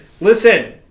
Listen